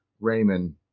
Raymond